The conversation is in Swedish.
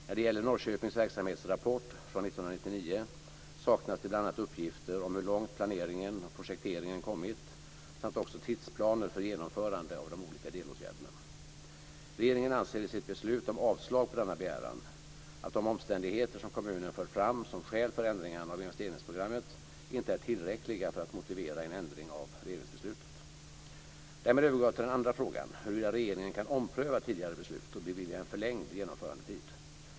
När det gäller Norrköpings verksamhetsrapport från 1999 saknas det bl.a. uppgifter om hur långt planeringen och projekteringen kommit samt tidsplaner för genomförande av de olika delåtgärderna. Regeringen anser i sitt beslut om avslag på denna begäran att de omständigheter som kommunen fört fram som skäl för ändringarna av investeringsprogrammet inte är tillräckliga för att motivera en ändring av regeringsbeslutet. Därmed övergår jag till den andra frågan, huruvida regeringen kan ompröva tidigare beslut och bevilja en förlängd genomförandetid.